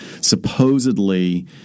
supposedly